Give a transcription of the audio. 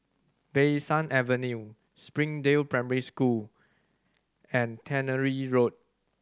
Bee San Avenue Springdale Primary School and Tannery Road